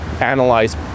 analyze